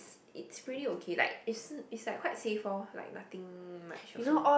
it's pretty okay like it's it's like quite safe lor nothing much also